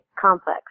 Complex